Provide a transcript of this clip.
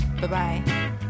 Bye-bye